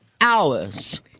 Hours